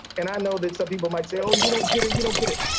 and i know that some people might say, oh, and you don't get it. you don't get it.